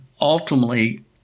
ultimately